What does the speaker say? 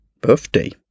birthday